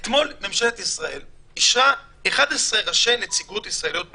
ממשלת ישראל אישרה אתמול 11 ראשי נציגויות ישראליות בעולם.